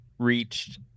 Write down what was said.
reached